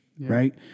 Right